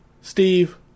Steve